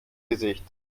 gesicht